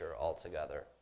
altogether